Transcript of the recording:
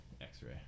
x-ray